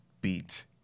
beat